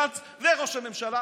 גנץ וראש הממשלה,